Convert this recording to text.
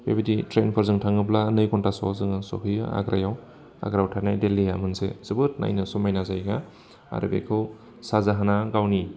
बेबायदि ट्रेनफोरजों थाङोब्ला नै घन्टासोआव जोङो सहैयो आग्रायाव आग्रायाव थानाय दिल्लीया मोनसे जोबोद नायनो समायना जायगा आरो बेखौ शाह जाहाना गावनि